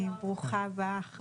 ברוכה הבאה.